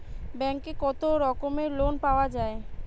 ব্যাঙ্কে কত রকমের লোন পাওয়া য়ায়?